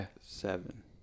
seven